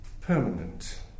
permanent